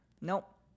Nope